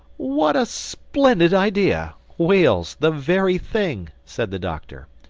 what a splendid idea whales, the very thing! said the doctor.